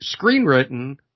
screenwritten